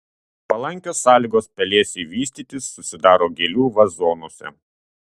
palankios sąlygos pelėsiui vystytis susidaro gėlių vazonuose